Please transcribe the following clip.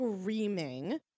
screaming